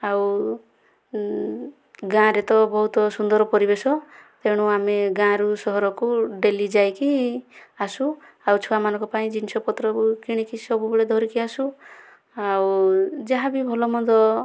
ଆଉ ଗାଁରେ ତ ବହୁତ ସୁନ୍ଦର ପରିବେଶ ତେଣୁ ଆମେ ଗାଁରୁ ସହରକୁ ଡେଲି ଯାଇକି ଆସୁ ଆଉ ଛୁଆମାନଙ୍କ ପାଇଁ ଜିନିଷ ପତ୍ର କିଣିକି ସବୁବେଳେ ଧରିକି ଆସୁ ଆଉ ଯାହା ବି ଭଲ ମନ୍ଦ